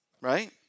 Right